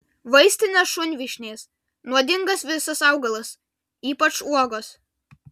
vaistinės šunvyšnės nuodingas visas augalas ypač uogos